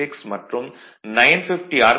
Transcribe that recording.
86 மற்றும் 950 ஆர்